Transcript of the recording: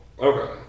okay